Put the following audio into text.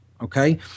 Okay